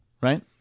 Right